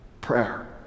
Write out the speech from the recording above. prayer